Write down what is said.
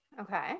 Okay